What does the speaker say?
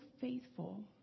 faithful